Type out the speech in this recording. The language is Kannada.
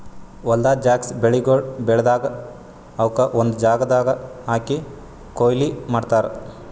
ಹೊಲ್ದಾಗ್ ಜಾಸ್ತಿ ಬೆಳಿಗೊಳ್ ಬೆಳದಾಗ್ ಅವುಕ್ ಒಂದು ಜಾಗದಾಗ್ ಹಾಕಿ ಕೊಯ್ಲಿ ಮಾಡ್ತಾರ್